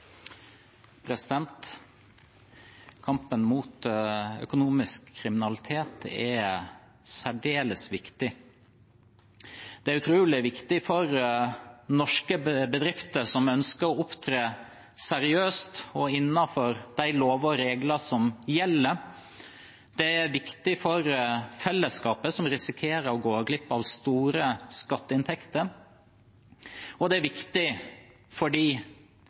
området. Kampen mot økonomisk kriminalitet er særdeles viktig. Det er utrolig viktig for norske bedrifter som ønsker å opptre seriøst og innenfor de lover og regler som gjelder. Det er viktig for fellesskapet, som risikerer å gå glipp av store skatteinntekter. Det er viktig